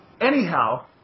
anyhow